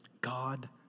God